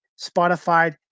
Spotify